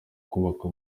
kubaka